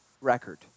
record